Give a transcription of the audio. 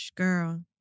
Girl